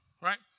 right